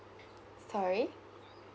sorry